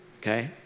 okay